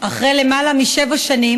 והאומנות (תיקון מס' 2),